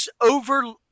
over